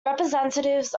representatives